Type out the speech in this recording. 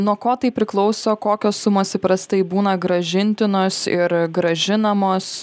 nuo ko tai priklauso kokios sumos įprastai būna grąžintinos ir grąžinamos